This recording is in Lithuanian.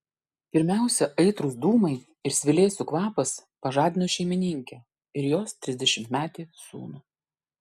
pirmiausia aitrūs dūmai ir svilėsių kvapas pažadino šeimininkę ir jos trisdešimtmetį sūnų